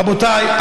רבותיי,